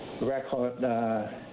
record